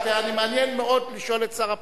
מעניין מאוד לשאול את שר הפנים.